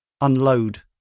unload